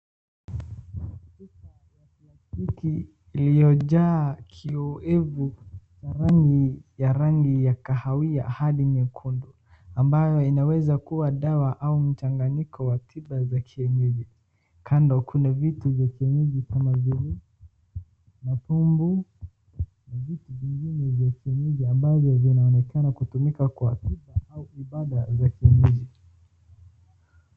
Picha ya plastiki iliyojaa kioevu cha rangi ya rangi ya kahawia hadi nyekundu ambayo inaweza kuwa dawa au mchanganyiko wa tiba za kienyeji kando kuna vitu vya kienyeji kama vile mapumbu na vitu vingine vya kienyeji ambavyo vinaonekana kutumika kwa tiba au ibada za kienyeji